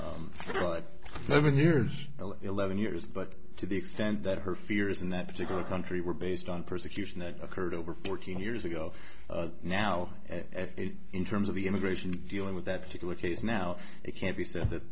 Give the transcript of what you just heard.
been here eleven years but to the extent that her fears in that particular country were based on persecution that occurred over fourteen years ago now in terms of the immigration dealing with that particular case now it can be